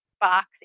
box